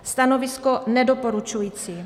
Stanovisko: nedoporučující.